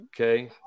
okay